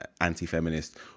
anti-feminist